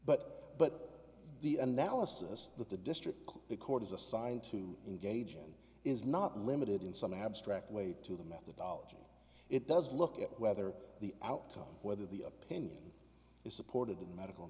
but but the analysis that the district court is assigned to engage in is not limited in some abstract way to the methodology it does look at whether the outcome whether the opinion is supported in the medical